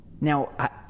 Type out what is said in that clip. Now